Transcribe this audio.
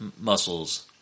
muscles